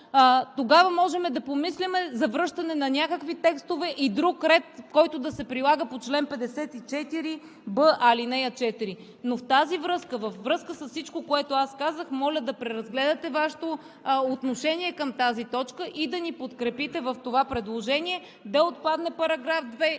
тогава можем да помислим за връщане на някакви текстове и друг ред, който да се прилага по чл. 54б, ал. 4. Във връзка с всичко, което казах, моля да преразгледате Вашето отношение към тази точка, да ни подкрепите в това предложение – да отпадне § 2,